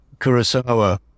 Kurosawa